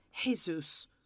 Jesus